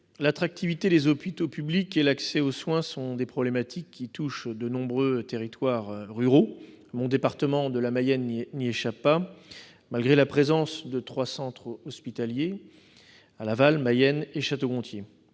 l'attractivité des hôpitaux publics et l'accès aux soins sont des problématiques qui touchent de nombreux territoires ruraux, et mon département, la Mayenne, n'y échappe pas, malgré la présence de trois centres hospitaliers à Laval, Mayenne et Château-Gontier.